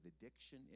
addiction